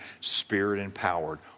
spirit-empowered